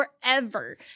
forever